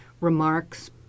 remarks